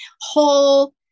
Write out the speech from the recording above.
whole